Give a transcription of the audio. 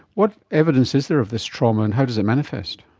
what evidence is there of this trauma and how does it manifest?